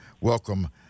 welcome